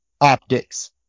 optics